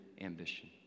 ambition